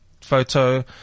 photo